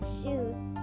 shoot